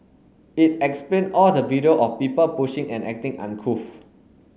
it explain all the video of people pushing and acting uncouth